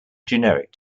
generic